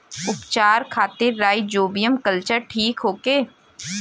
उपचार खातिर rhizobium culture ठीक होखे?